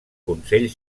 consell